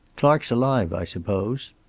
clark's alive, i suppose?